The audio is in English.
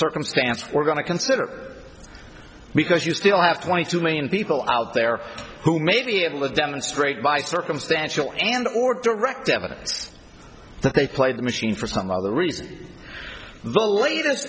circumstance we're going to consider because you still have twenty two million people out there who maybe it was demonstrated by circumstantial and or direct evidence that they played the machine for some other reason the latest